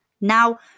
Now